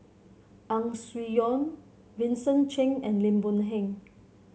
Ang Swee Aun Vincent Cheng and Lim Boon Heng